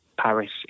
Paris